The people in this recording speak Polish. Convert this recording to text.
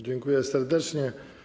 Dziękuję serdecznie.